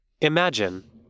Imagine